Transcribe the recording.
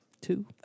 Two